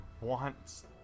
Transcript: wants